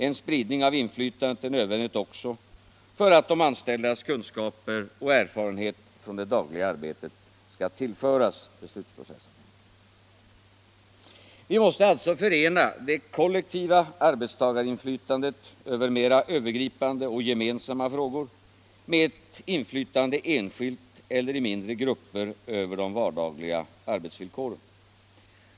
En spridning av inflytandet är nödvändig också för att de anställdas kunskaper och erfarenhet från det dagliga arbetet skall tillföras beslutsprocessen. Vi måste alltså förena det kollektiva arbetstagarinflytandet över mera övergripande och gemensamma frågor med ett inflytande enskilt eller i mindre grupper över de vardagliga arbetsvillkoren.